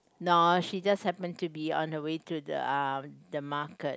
no she just happen to be on the way to the uh the market